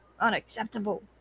Unacceptable